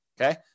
Okay